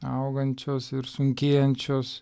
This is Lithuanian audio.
augančios ir sunkėjančios